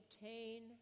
obtain